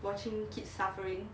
watching kids suffering